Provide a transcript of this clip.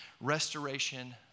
restoration